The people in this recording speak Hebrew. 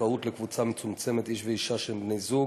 פונדקאות לקבוצה מצומצמת, איש ואישה שהם בני זוג,